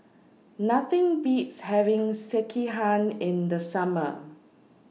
Nothing Beats having Sekihan in The Summer